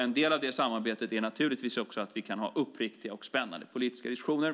En del av detta samarbete är också att vi kan ha uppriktiga och spännande politiska diskussioner.